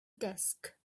desk